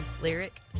lyric